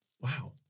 Wow